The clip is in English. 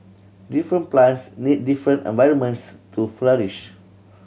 different plants need different environments to flourish